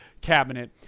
cabinet